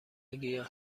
گیاه